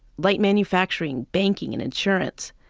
light manufacturing, banking, and insurance.